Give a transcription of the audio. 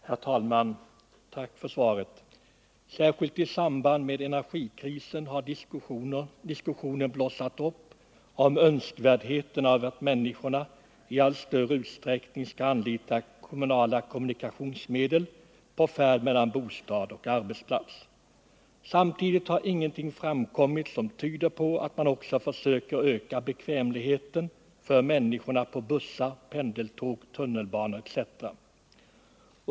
Herr talman! Tack för svaret! Särskilt i samband med energikrisen har diskussioner blossat upp om önskvärdheten av att människorna i allt större utsträckning anlitar kommunala kommunikationsmedel för färd mellan bostad och arbetsplats. Samtidigt har ingenting framkommit som tyder på att man också försöker öka bekvämligheten för människorna på bussar, pendeltåg, tunnelbanor etc.